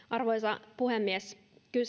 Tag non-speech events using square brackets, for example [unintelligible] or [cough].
[unintelligible] arvoisa puhemies